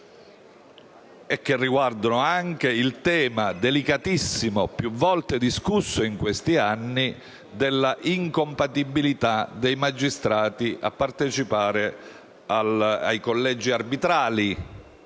e che riguardano anche il tema delicatissimo, più volte discusso in questi anni, della incompatibilità dei magistrati rispetto alla partecipazione ai collegi arbitrali